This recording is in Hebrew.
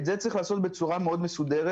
את זה צריך לעשות בצורה מאוד מסודרת.